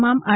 તમામ આર